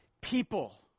people